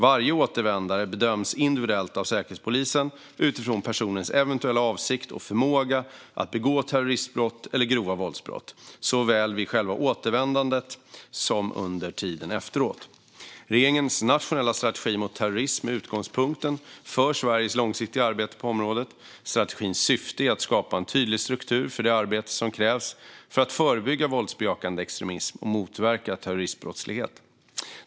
Varje återvändare bedöms individuellt av Säkerhetspolisen utifrån personens eventuella avsikt och förmåga att begå terroristbrott eller grova våldsbrott, såväl vid själva återvändandet som under tiden efteråt. Regeringens nationella strategi mot terrorism är utgångspunkten för Sveriges långsiktiga arbete på området. Strategins syfte är att skapa en tydlig struktur för det arbete som krävs för att förebygga våldsbejakande extremism och motverka terroristbrottslighet.